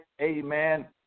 Amen